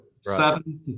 seven